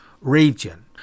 region